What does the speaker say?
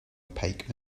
opaque